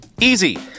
Easy